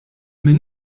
min